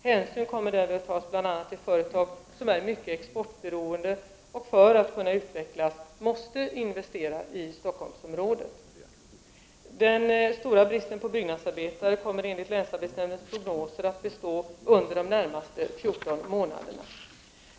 Hänsyn kommer därvid att tas bl.a. till företag som är mycket exportberoende, och som för att kunna utvecklas måste investera i Stockholmsområdet. Den stora bristen på byggnadsarbetare kommer enligt länsarbetsnämndens prognoser att bestå under de närmaste 14 månaderna.